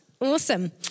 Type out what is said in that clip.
Awesome